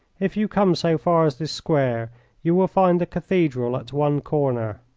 if you come so far as this square you will find the cathedral at one corner.